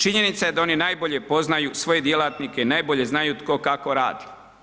Činjenica je da oni najbolje poznaju svoje djelatnike i najbolje znaju tko kako radi.